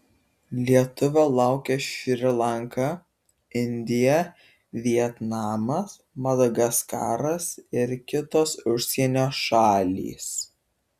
lietuvio laukia šri lanka indija vietnamas madagaskaras ir kitos užsienio šalys